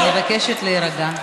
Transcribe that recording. מבקשת להירגע.